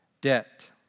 debt